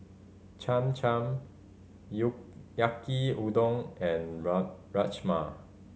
Cham Cham Yaki Udon and Rajma